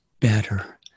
better